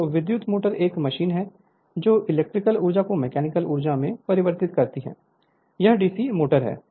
तो विद्युत मोटर एक मशीन है जो इलेक्ट्रिकल ऊर्जा को मैकेनिकल ऊर्जा में परिवर्तित करती है यह डीसी मोटर है